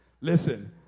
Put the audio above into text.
Listen